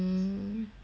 oh shit